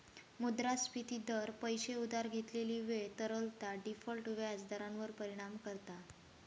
मुद्रास्फिती दर, पैशे उधार घेतलेली वेळ, तरलता, डिफॉल्ट व्याज दरांवर परिणाम करता